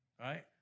right